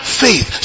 faith